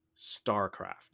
StarCraft